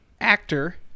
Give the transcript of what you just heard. actor